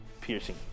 piercing